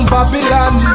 Babylon